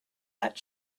that